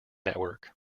network